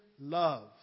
love